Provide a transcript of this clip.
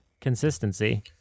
Consistency